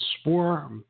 spore